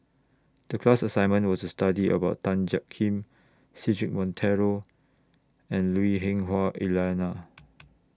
The class assignment was to study about Tan Jiak Kim Cedric Monteiro and Lui Hah Wah Elena